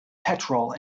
petrol